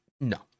No